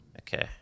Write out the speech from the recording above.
Okay